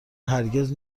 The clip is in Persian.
هرگز